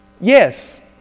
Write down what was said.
Yes